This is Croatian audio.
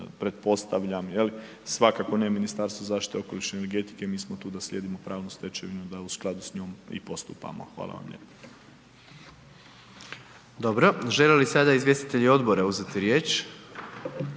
pretpostavljam jel', svakako ne Ministarstvo zaštite okoliše i energetike, mi smo tu da slijedimo pravnu stečevinu i da u skladu s njom i postupamo, hvala vam lijepa. **Jandroković, Gordan (HDZ)** Dobro. Žele li sada izvjestitelji odbora uzeti riječ?